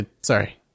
Sorry